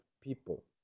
people